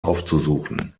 aufzusuchen